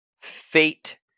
fate